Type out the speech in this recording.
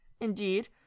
Indeed